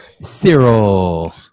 Cyril